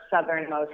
southernmost